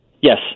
Yes